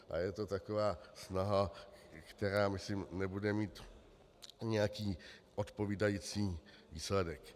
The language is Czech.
A je to taková snaha, která, myslím, nebude mít nějaký odpovídající výsledek.